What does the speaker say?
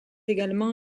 également